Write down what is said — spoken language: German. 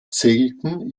zählten